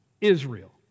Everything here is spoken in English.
Israel